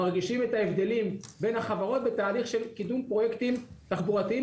מרגישים את ההבדלים בין החברות בתהליך של קידום פרויקטים תחבורתיים,